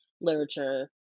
literature